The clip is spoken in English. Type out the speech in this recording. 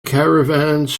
caravans